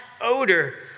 odor